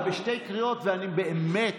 אתה בשתי קריאות, ואני באמת